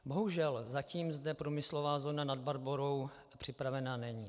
Bohužel zatím zde průmyslová zóna Nad Barborou připravena není.